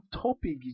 topic